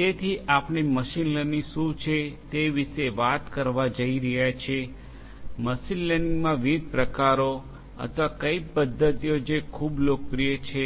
તેથી આપણે machine learning શું છે તે વિશે વાત કરવા જઈ રહ્યા છીએ મશીન લર્નિંગમાં વિવિધ પ્રકારો અથવા કઈ પદ્ધતિઓ જે ખૂબ જ લોકપ્રિય છે